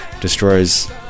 destroys